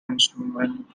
instrument